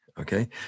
Okay